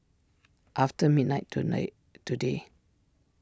after midnight tonight today